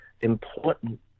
important